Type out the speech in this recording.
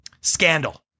scandal